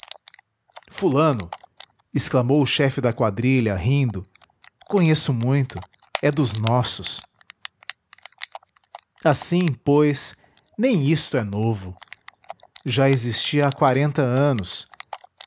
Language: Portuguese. fulano exclamou o chefe da quadrilha rindo conheço muito é dos nossos assim pois nem isto é novo já existia há quarenta anos